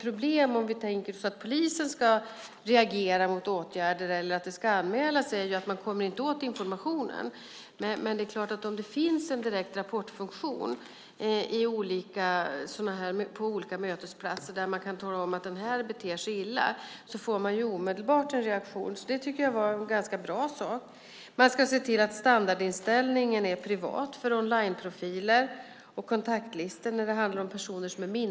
Om vi tänker oss att polisen ska reagera mot åtgärder eller att det ska anmälas är det ett problem att man inte kommer åt informationen. Om det finns en direkt rapportfunktion på olika mötesplatser där man kan tala om att den här personen beter sig illa får man omedelbart en reaktion. Jag tycker att det är en ganska bra sak. Man ska se till att standardinställningen är privat för onlineprofiler och kontaktlistor när det handlar om minderåriga personer.